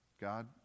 God